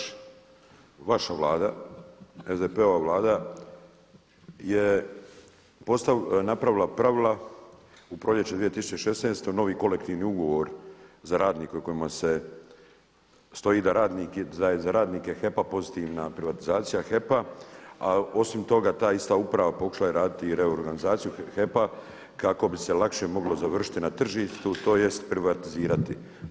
Kolega Grbin, vaša Vlada, SDP-ova vlada je napravila pravila u proljeće 2016. novi kolektivni ugovor za radnike, kojima se stoji da je za radnike HEP-a pozitivna privatizacija HEP-a a osim toga ta ista uprav pokušala je raditi i reorganizaciju HEP-a kako bi se lakše moglo završiti na tržištu, tj. privatizirati.